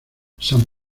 san